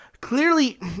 clearly